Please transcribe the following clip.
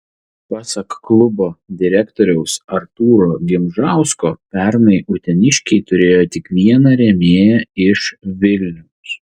pasak klubo direktoriaus artūro gimžausko pernai uteniškiai turėjo tik vieną rėmėją iš vilniaus